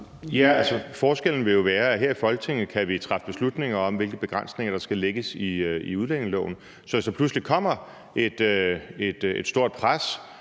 forskellen vil jo være, at her i Folketinget kan vi træffe beslutninger om, hvilke begrænsninger der skal lægges i udlændingeloven. Så hvis der pludselig kommer et stort pres